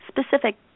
specific